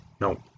no